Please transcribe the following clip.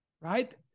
Right